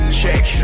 check